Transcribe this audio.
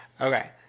Okay